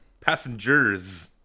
Passenger's